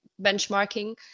benchmarking